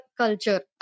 culture